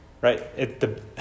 Right